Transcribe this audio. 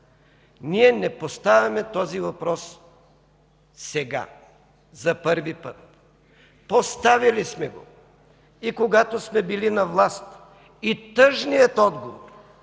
Ние не поставяме този въпрос сега за първи път. Поставяли сме го и когато сме били на власт и тъжният отговор